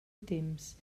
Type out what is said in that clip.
temps